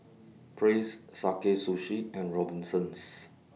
Praise Sakae Sushi and Robinsons